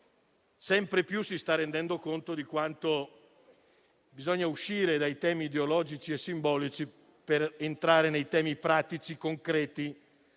sempre più si stanno rendendo conto di quanto bisogna uscire dai temi ideologici e simbolici per entrare nei temi pratici, concreti